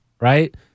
right